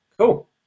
Cool